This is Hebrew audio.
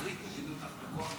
אורית, הורידו אותך בכוח מהבמה?